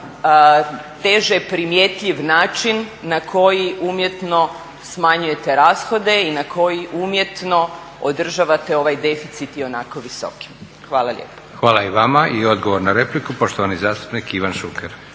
teže primjetljiv način na koji umjetno smanjujete rashode i na koji umjetno održavate ovaj deficit ionako visokim. Hvala lijepo. **Leko, Josip (SDP)** Hvala i vama. I odgovor na repliku, poštovani zastupnik Ivan Šuker.